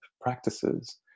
practices